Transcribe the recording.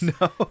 No